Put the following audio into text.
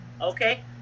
Okay